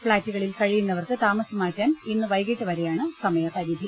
ഫ്ളാറ്റുകളിൽ കഴിയുന്നവർക്ക് താമസം മാറ്റാൻ ഇന്ന് വൈകിട്ടു വരെയാണ് സമയപരിധി